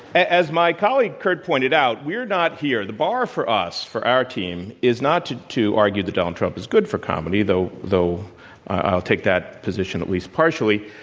as my colleague, kurt, pointed out, we're not here the bar for us, for our team, is not to to argue that donald trump is good for comedy, though though i'll take that position at least partially,